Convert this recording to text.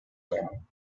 then